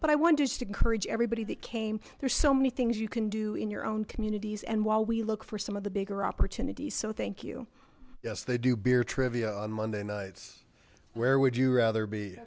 but i wanted to encourage everybody that came there's so many things you can do in your own communities and while we look for some of the bigger opportunities so thank you yes they do beer trivia on monday nights where would you rather be